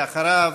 ואחריו,